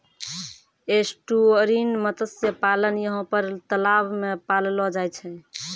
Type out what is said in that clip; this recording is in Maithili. एस्टुअरिन मत्स्य पालन यहाँ पर तलाव मे पाललो जाय छै